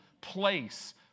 place